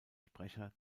sprecher